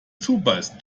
zubeißt